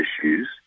issues